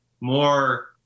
more